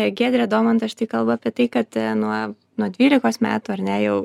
giedre domantas štai kalba apie tai kad nuo nuo dvylikos metų ar ne jau